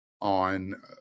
on